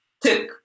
took